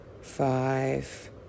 Five